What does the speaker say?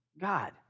God